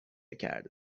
کرده